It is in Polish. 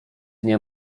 nie